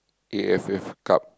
A_F_F-Cup